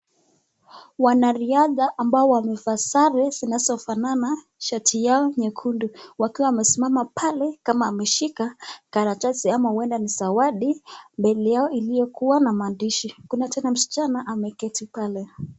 Wanariadha ambao wamevaa sare zinazofanana shati yao nyekundu wakiwa wamesimama pale kama ameshika karatasi ama huenda ni zawadi ,mbele yao iliyokuwa na maandishi kuna tena msichana ameketi pale.